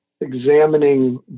examining